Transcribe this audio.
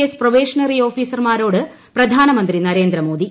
S probationary ഓഫീസർമാരോട് പ്രധാനമന്ത്രി ന്മർശ്ശേന്ദ്രമോദി